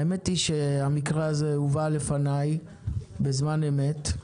האמת היא שהמקרה הזה הובא בפניי בזמן אמת.